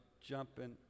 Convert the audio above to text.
jumping